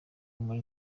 muri